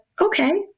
okay